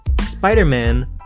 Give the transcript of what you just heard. Spider-Man